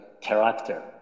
character